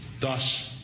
Thus